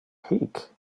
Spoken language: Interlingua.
hic